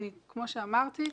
כמו שאמרתי,